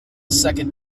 second